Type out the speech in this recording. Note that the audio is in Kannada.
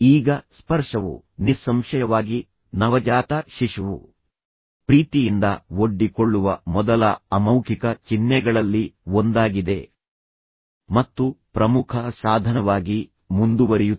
ಈಗ ಸ್ಪರ್ಶವು ನಿಸ್ಸಂಶಯವಾಗಿ ನವಜಾತ ಶಿಶುವು ಪ್ರೀತಿಯಿಂದ ಒಡ್ಡಿಕೊಳ್ಳುವ ಮೊದಲ ಅಮೌಖಿಕ ಚಿಹ್ನೆಗಳಲ್ಲಿ ಒಂದಾಗಿದೆ ಮತ್ತು ಪ್ರಮುಖ ಸಾಧನವಾಗಿ ಮುಂದುವರಿಯುತ್ತದೆ